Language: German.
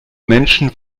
menschen